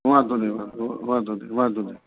વાંધો નહીં વાંધો નહીં વાંધો નહીં